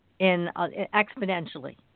exponentially